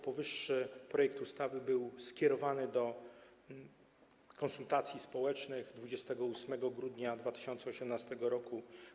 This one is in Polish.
Powyższy projekt ustawy był skierowany do konsultacji społecznych 28 grudnia 2018 r.